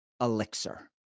elixir